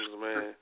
man